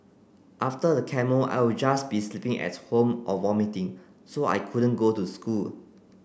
after the chemo I'll just be sleeping at home or vomiting so I couldn't go to school